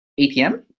ATM